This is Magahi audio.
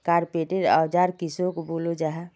कारपेंटर औजार किसोक बोलो जाहा?